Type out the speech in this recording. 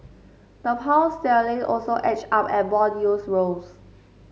the Pound sterling also edged up and bond yields rose